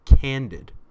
candid